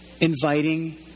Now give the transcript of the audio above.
inviting